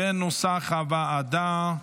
כנוסח הוועדה.